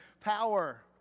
power